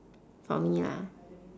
for me lah